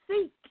seek